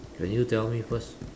can you tell me first